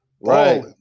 Right